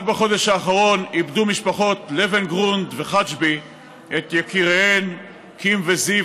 רק בחודש האחרון איבדו משפחות לבנגרונד וחג'בי את יקיריהן קים וזיו,